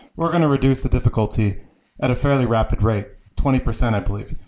we're going to reduce the difficulty at a fairly rapid rate, twenty percent i believe.